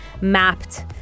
mapped